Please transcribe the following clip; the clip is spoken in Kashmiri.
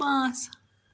پانٛژھ